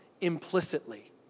implicitly